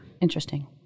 Interesting